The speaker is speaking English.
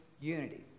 unity